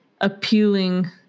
appealing